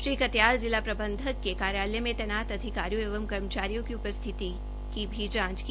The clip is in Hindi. श्री कत्याल जिला प्रबंधक के कार्यालय में तैनात अधिकारियों एवं कर्मचारियों की उपस्थिति की भी जांच की